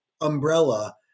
umbrella